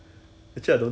so I